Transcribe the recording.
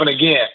again